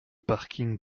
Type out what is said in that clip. parkings